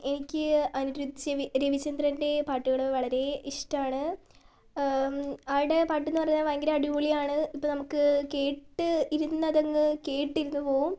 എനിക്ക് അനിരുദ്ധ് രവിചന്ദ്രൻ്റെ പാട്ടുകൾ വളരെ ഇഷ്ടമാണ് ആളുടെ പാട്ടെന്നു പറഞ്ഞാൽ ഭയങ്കര അടിപൊളിയാണ് ഇപ്പോൾ നമുക്ക് കേട്ട് ഇരുന്നതങ്ങ് കേട്ടിരുന്നു പോവും